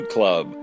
Club